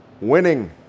Winning